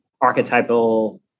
archetypal